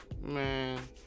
man